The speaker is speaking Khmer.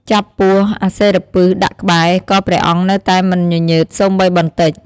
ចាប់ពស់អសិរពិសដាក់ក្បែរ ក៏ព្រះអង្គនៅតែមិនញញើតសូម្បីបន្តិច។